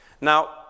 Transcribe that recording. Now